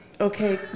Okay